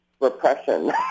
repression